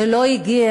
זה לא הגיע.